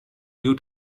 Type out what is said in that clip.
new